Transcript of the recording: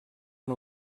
amb